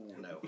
no